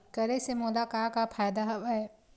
करे से मोला का का फ़ायदा हवय?